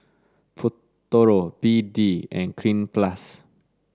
Futuro B D and Cleanz plus